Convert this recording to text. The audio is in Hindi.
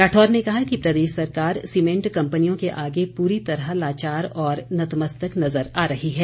राठौर ने कहा कि प्रदेश सरकार सीमेंट कम्पनियों के आगे पूरी तरह लाचार और नतमस्तक नजर आ रही है